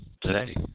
today